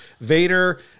Vader